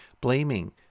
blaming